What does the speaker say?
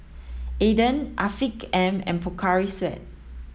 Aden Afiq M and Pocari Sweat